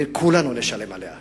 וכולנו נשלם עליה.